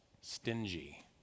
stingy